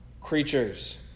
creatures